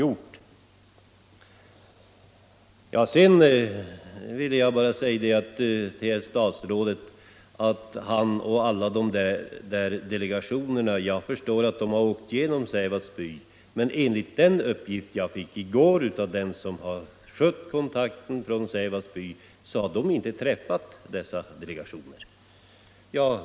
Jag förstår att statsrådet och alla dessa delegationer har åkt igenom Sävasts by, men enligt en uppgift som jag fick i går från den-som har skött kontakten från Sävasts by, så har man inte träffat dessa delegationer.